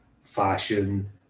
fashion